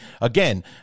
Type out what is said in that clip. Again